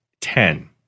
Ten